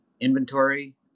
inventory